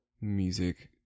music